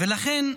ולכן,